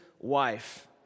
Wife